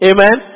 Amen